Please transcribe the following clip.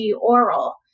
oral